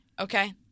Okay